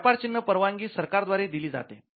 व्यापार चिन्ह परवानगी सरकारद्वारे दिली जाते